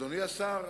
אדוני השר,